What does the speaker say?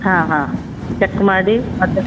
ಹಾಂ ಹಾಂ ಚೆಕ್ ಮಾಡಿ ಮತ್ತೆ